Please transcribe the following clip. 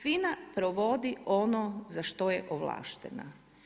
FINA provodi ono za što je ovlaštena.